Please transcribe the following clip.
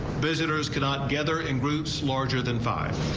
visitors cannot gather in groups larger than five.